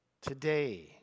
Today